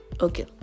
Okay